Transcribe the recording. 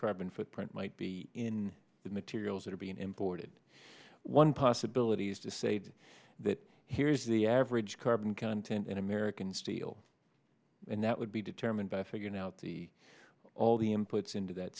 scribing footprint might be in the materials that are being imported one possibility is to say that here is the average carbon content in american steel and that would be determined by figuring out the all the inputs into that